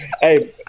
Hey